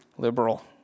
liberal